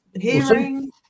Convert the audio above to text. hearing